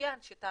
שלום לך.